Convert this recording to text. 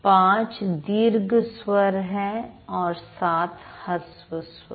५ दीर्घ स्वर और ७ हस्व स्वर